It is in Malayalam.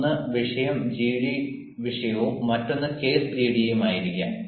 ഒന്ന് വിഷയം ജിഡി വിഷയവും മറ്റൊന്ന് കേസ് ജിഡിയുമായിരിക്കാം